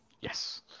Yes